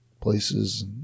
places